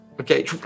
Okay